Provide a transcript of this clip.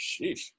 Sheesh